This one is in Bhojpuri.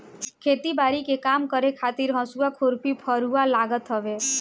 खेती बारी के काम करे खातिर हसुआ, खुरपी, फरुहा लागत हवे